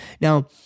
Now